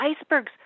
icebergs